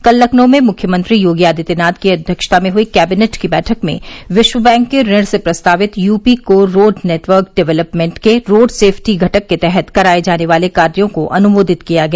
कल लखनऊ में मुख्यमंत्री योगी आदित्यनाथ की अध्यक्षता में हुई कैबिनेट की बैठक में विश्व बैंक के ऋण से प्रस्तावित UP core road network development के रोड सेफ़्टी घटक के तहत कराये जाने वाले कार्यो को अनुमोदित किया गया